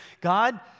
God